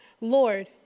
Lord